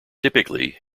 typically